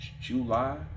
July